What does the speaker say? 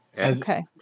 okay